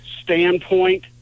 standpoint